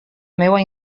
meua